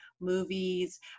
movies